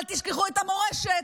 אל תשכחו את המורשת,